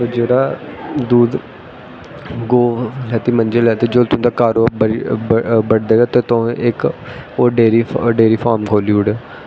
जेह्ड़ा दुद्ध गौ लैती मजी लैती जेल्लै तुं'दा कारोबार ओह् बड्डी ते तुसें इक ओह् डेरी डेरी फार्म खोह्ली ओड़े